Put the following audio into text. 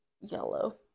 yellow